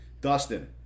Dustin